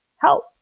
help